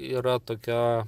yra tokia